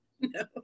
No